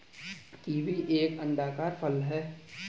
kiwi एक अंडाकार फल होता है